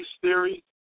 theory